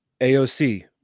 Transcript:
aoc